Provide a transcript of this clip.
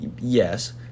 Yes